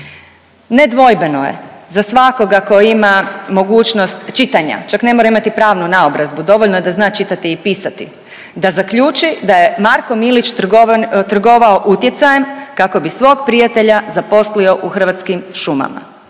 Nedvojbeno je za svakog ko ima mogućnost čitanja, čak ne mora imati pravnu naobrazbu dovoljno je da zna čitati i pisati, da zaključi da je Marko Milić trgovao utjecajem kako bi svog prijatelja zaposlio u Hrvatskim šumama,